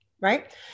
right